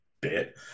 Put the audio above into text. bit